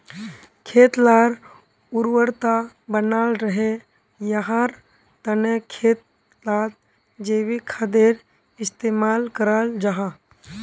खेत लार उर्वरता बनाल रहे, याहार तने खेत लात जैविक खादेर इस्तेमाल कराल जाहा